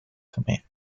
command